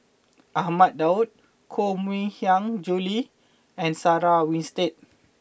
Ahmad Daud Koh Mui Hiang Julie and Sarah Winstedt